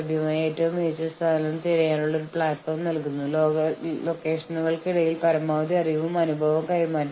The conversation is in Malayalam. സംയോജിത വിലപേശലിന് ശ്രമിക്കുമ്പോൾ ഒരാൾ വളരെ കർക്കശനായിരിക്കരുത്